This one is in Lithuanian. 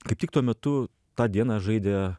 kaip tik tuo metu tą dieną žaidė